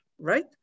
right